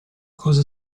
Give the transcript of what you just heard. cosa